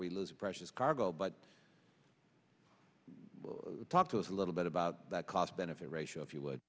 we lose precious cargo but talk to us a little bit about that cost benefit ratio if you